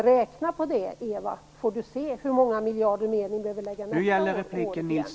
Räkna på det, Eva Zetterberg, och se hur många miljarder mer ni behöver lägga!